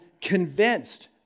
convinced